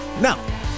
Now